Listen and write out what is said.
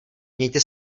mějte